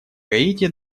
гаити